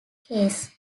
case